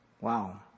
Wow